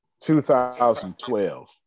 2012